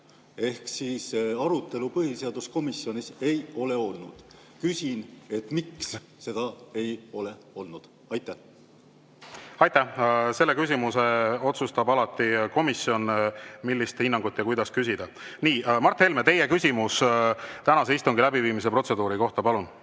tehtud, arutelu põhiseaduskomisjonis ei ole olnud. Küsin, miks seda ei ole olnud. Aitäh! Selle küsimuse otsustab alati komisjon, millist hinnangut ja kuidas küsida. Mart Helme, teie küsimus tänase istungi läbiviimise protseduuri kohta, palun!